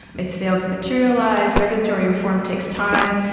it's failed to materialise. regulatory reform takes time.